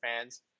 fans